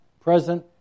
present